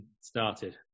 started